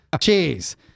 Cheese